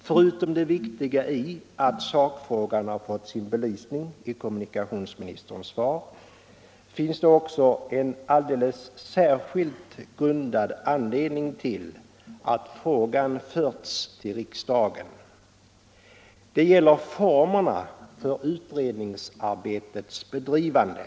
Förutom det viktiga i att sakfrågan har fått sin belysning i kommunikationsministerns svar finns det också en alldeles särskilt grundad anledning till att frågan förts till riksdagen. Det gäller formerna för utredningsarbetets bedrivande.